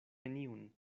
neniun